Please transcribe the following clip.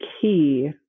key